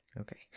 Okay